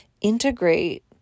integrate